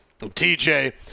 TJ